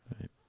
Right